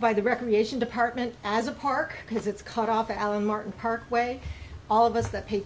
by the recreation department as a park because it's cut off allen martin parkway all of us that pay